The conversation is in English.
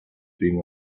being